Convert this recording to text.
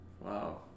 Wow